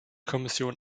kommission